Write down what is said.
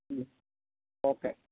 okay